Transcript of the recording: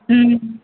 ம்